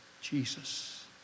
Jesus